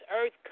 earth